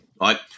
right